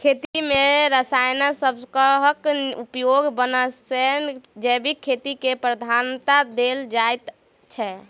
खेती मे रसायन सबहक उपयोगक बनस्पैत जैविक खेती केँ प्रधानता देल जाइ छै